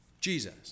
Jesus